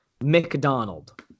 McDonald